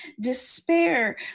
despair